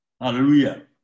Hallelujah